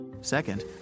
Second